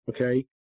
okay